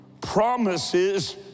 promises